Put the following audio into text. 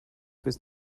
bist